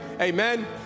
Amen